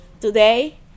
Today